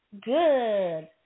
Good